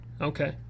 okay